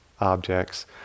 objects